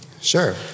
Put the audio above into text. Sure